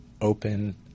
open